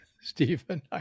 Stephen